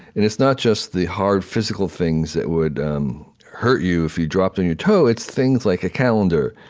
and it's not just the hard, physical things that would um hurt you if you dropped it on your toe. it's things like a calendar.